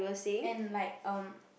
and like um